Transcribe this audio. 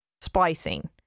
splicing